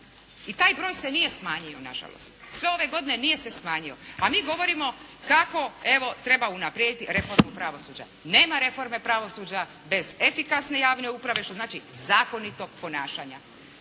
I taj broj se nije smanjio na žalost. Sve ove godine nije se smanjio, a mi govorimo kako evo treba unaprijediti reformu pravosuđa. Nema reforme pravosuđa bez efikasne javne uprave što znači zakonitog ponašanja.